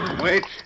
Wait